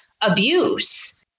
Abuse